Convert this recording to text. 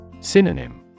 Synonym